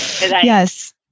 Yes